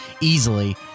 easily